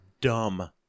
dumb